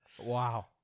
Wow